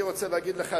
אני רוצה להגיד לך,